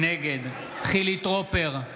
נגד חילי טרופר,